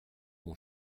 mon